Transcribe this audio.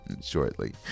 shortly